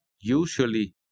usually